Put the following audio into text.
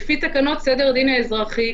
לפי תקנות סדר הדין האזרחי,